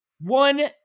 one